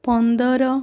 ପନ୍ଦର